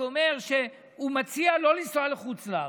שהוא אומר שהוא מציע לא לנסוע לחוץ לארץ.